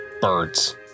birds